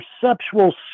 perceptual